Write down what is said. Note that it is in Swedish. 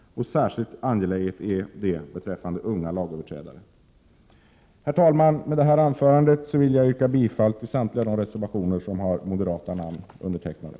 Särskilt angeläget är detta beträffande unga lagöverträdare. Herr talman! Med det anförda yrkar jag bifall till samtliga reservationer som har undertecknats av moderata ledamöter.